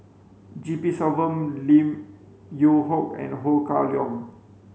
G P Selvam Lim Yew Hock and Ho Kah Leong